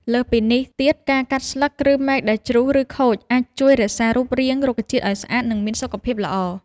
លើសពីនេះទៀត ការកាត់ស្លឹក ឬមែកដែលជ្រុះ ឬខូច អាចជួយរក្សារូបរាងរុក្ខជាតិឲ្យស្អាត និងមានសុខភាពល្អ។